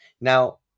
Now